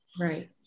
right